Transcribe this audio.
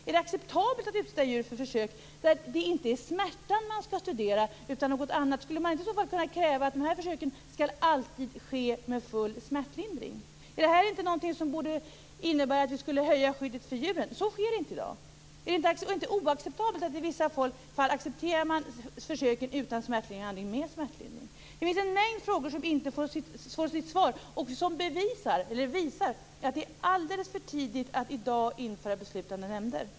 Är det acceptabelt att utsätta djur för försök där det inte är smärtan man skall studera utan något annat? Skulle man inte i så fall kunna kräva att de här försöken alltid skall ske med full smärtlindring? Är inte det här något som borde innebära att vi höjer skyddet för djuren? Så sker inte i dag. Är det inte oacceptabelt att man i vissa fall accepterar försök utan smärtlindring och i andra skall det vara med smärtlindring? Det finns en mängd frågor som inte får något svar. Det visar att det är alldeles för tidigt att i dag införa beslutande nämnder.